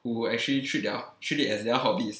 who actually treat their treat it as their hobbies